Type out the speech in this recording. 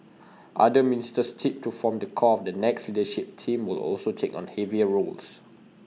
other ministers tipped to form the core of the next leadership team will also take on heavier roles